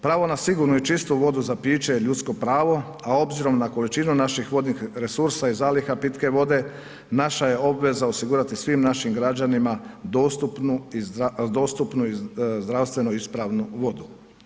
Pravo na sigurnu i čistu vodu za piće je ljudsko pravo a obzirom na količinu naših vodnu resursa i zaliha pitke vode, naša je obveza osigurati svim našim građanima dostupnu i zdravstveno ispravnu vodu.